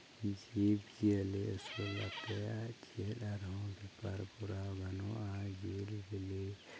ᱡᱤᱵᱽᱼᱡᱤᱭᱟᱹᱞᱤ ᱟᱹᱥᱩᱞ ᱠᱟᱛᱮᱫ ᱪᱮᱫ ᱟᱨᱦᱚᱸ ᱵᱮᱯᱟᱨ ᱠᱚᱨᱟᱣ ᱜᱟᱱᱚᱜᱼᱟ ᱡᱤᱵᱽᱼᱡᱤᱭᱟᱞᱤ